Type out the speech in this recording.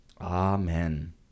Amen